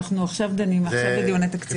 אנחנו עכשיו בדיוני תקציב.